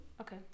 Okay